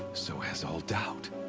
so has all doubt.